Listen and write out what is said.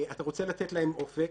אתה רוצה לתת להם אופק.